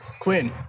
Quinn